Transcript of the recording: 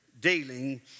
dealing